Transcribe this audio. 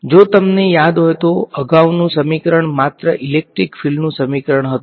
જો તમને યાદ હોય તો અગાઉનું સમીકરણ માત્ર ઇલેક્ટ્રિક ફીલ્ડ્નુ સમીકરણ હતું